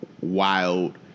Wild